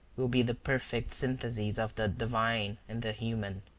will be the perfect synthesis of the divine and the human.